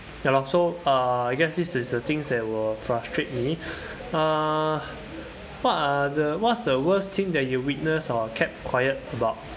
ya lor so uh I guess this is the things that will frustrate me uh what are the what's the worst thing that you witnessed or kept quiet about